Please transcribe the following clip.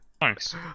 Thanks